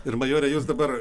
ir majore jūs dabar